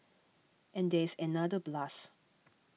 and there is another plus